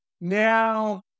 Now